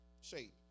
shape